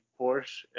Porsche